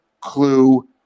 clue